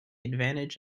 advantage